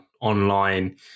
online